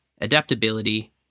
adaptability